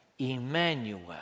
Emmanuel